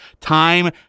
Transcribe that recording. time